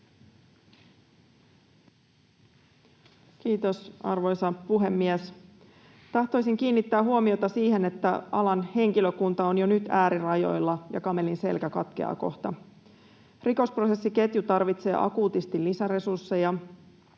Kiitos, arvoisa puhemies! Tahtoisin kiinnittää huomiota siihen, että alan henkilökunta on jo nyt äärirajoilla ja kamelin selkä katkeaa kohta. Rikosprosessiketju tarvitsee akuutisti lisäresursseja.